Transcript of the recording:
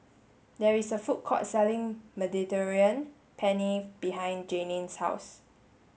there is a food court selling Mediterranean Penne behind Janine's house